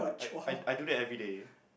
at I I do that everyday